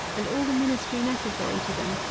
and all the ministry necessary to them,